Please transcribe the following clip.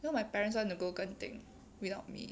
you know my parents want to go genting without me